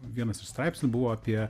vienas iš straipsnių buvo apie